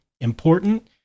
important